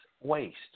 waste